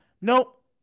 Nope